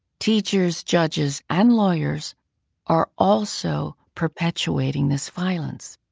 teachers, judges and lawyers are also perpetuating this violence.